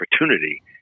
opportunity